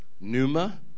Numa